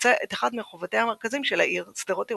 שחוצה את אחד מרחובותיה המרכזיים של העיר – שדרות ירושלים.